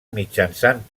mitjançant